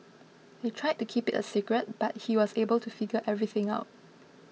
they tried to keep it a secret but he was able to figure everything out